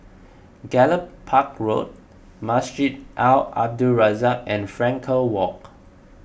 Gallop Park Road Masjid Al Abdul Razak and Frankel Walk